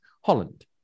Holland